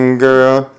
Girl